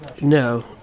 no